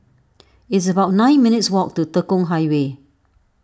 it's about nine minutes' walk to Tekong Highway